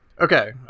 Okay